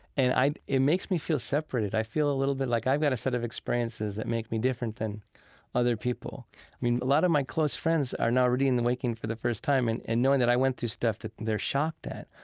and it makes me feel separated. i feel a little bit like i've got a set of experiences that make me different than other people i mean, a lot of my close friends are now reading the waking for the first time and and knowing that i went through stuff that they're shocked at.